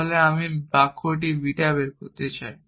তাহলে আমি বাক্যটি বিটা বের করতে চাই